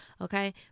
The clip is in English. Okay